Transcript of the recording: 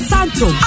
Santo